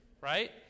right